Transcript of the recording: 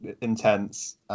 intense